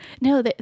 no